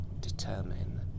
determine